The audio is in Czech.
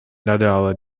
nadále